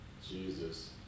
Jesus